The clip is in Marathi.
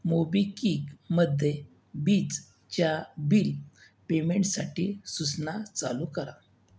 मोबिकिकमद्दे वीजच्या बिल पेमेंटसाठी सुसना चालू करा